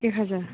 एक हाजार